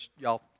y'all